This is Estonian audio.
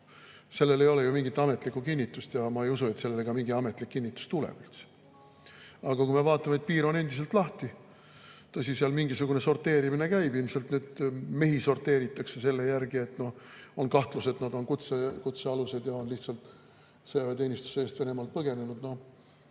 sellel ei ole ju mingit ametlikku kinnitust ja ma ei usu, et sellele mingit ametlikku kinnitust üldse tuleb. Aga me näeme, et piir on endiselt lahti. Tõsi, mingisugune sorteerimine seal käib. Ilmselt mehi sorteeritakse selle järgi, et on kahtlus, et nad on kutsealused ja on lihtsalt sõjaväeteenistuse eest Venemaalt põgenenud.